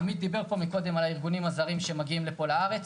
עמית דיבר פה מקודם על הארגונים הזרים שמגיעים לפה לארץ.